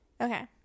Okay